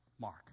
Mark